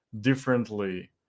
differently